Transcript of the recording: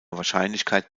wahrscheinlichkeit